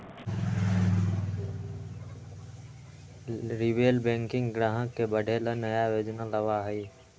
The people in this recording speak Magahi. रिटेल बैंकिंग ग्राहक के बढ़े ला नया योजना लावा हई